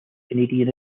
canadian